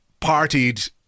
partied